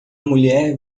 mulher